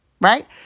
Right